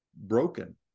broken